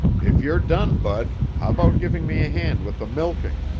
if you're done, bud, how about giving me a hand with the milking?